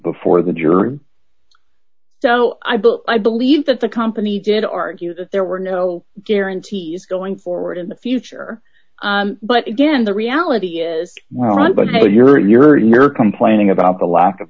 before the jury so i believe i believe that the company did argue that there were no guarantees going forward in the future but again the reality is well right but you're you're you're complaining about the lack of